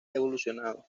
evolucionado